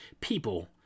people